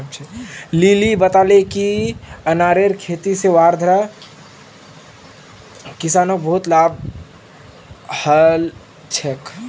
lily बताले कि अनारेर खेती से वर्धार किसानोंक बहुत लाभ हल छे